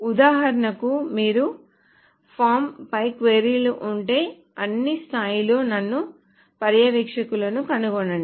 ఉదాహరణకు మీకు ఫారమ్పై క్వరీలు ఉంటే అన్ని స్థాయిల్లో నన్ను పర్యవేక్షకులను కనుగొనండి